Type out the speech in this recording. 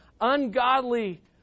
ungodly